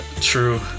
true